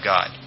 God